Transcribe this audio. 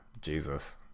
Jesus